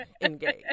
engage